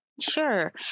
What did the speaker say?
Sure